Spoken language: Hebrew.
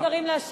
אני אשיב.